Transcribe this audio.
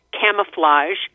camouflage